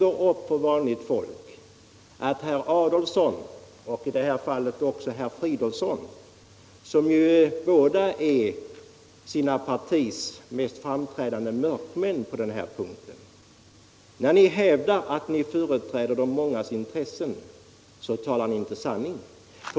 När herr Adolfsson och i det här fallet också herr Fridolfsson, som båda är sitt partis mest framstående mörkmän på det här området, hävdar att ni företräder de mångas intressen så talar ni inte sanning.